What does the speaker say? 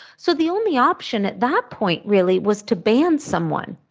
so the only option at that point really was to ban someone.